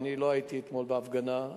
לא הייתי אתמול בהפגנה,